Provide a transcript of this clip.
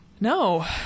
No